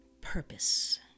purpose